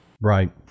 Right